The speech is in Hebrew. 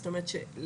זאת אומרת להבנתי,